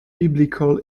biblical